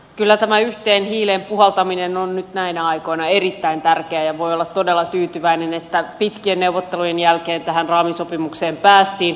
kyllä tämä yhteen hiileen puhaltaminen on nyt näinä aikoina erittäin tärkeää ja voi olla todella tyytyväinen että pitkien neuvottelujen jälkeen tähän raamisopimukseen päästiin